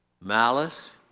malice